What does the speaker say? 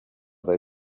they